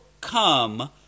come